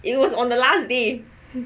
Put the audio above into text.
it was on the last day